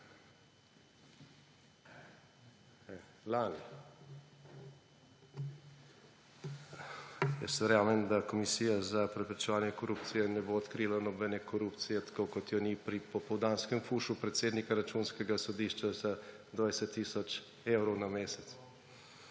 Lani. Jaz verjamem, da Komisija za preprečevanje korupcije ne bo odkrila nobene korupcije tako, kot je ni pri popoldanskem fušu predsednika Računskega sodišča za 20 tisoč evrov na mesec,